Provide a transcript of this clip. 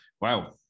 Wow